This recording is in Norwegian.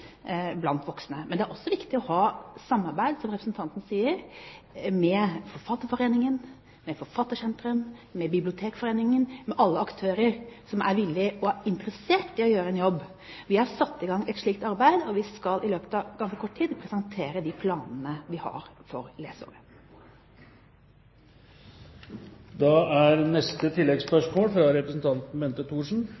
blant voksne. Men det er også viktig, som representanten sier, å samarbeide med Forfatterforeningen, med Forfattersentrum, med Bibliotekforeningen og med alle aktører som er villige til og interessert i å gjøre en jobb. Vi har satt i gang et slikt arbeid, og vi skal i løpet av ganske kort tid presentere planene vi har for leseåret.